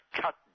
cut